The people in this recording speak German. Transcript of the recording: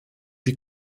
die